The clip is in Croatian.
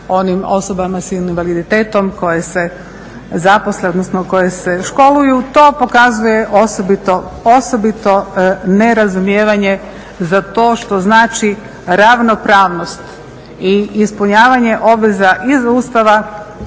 onim osobama s invaliditetom koje se zaposle, odnosno koje se školuju. To pokazuje osobito nerazumijevanje za to što znači ravnopravnost i ispunjavanje obveza iz Ustava